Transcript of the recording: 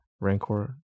rancor